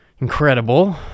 incredible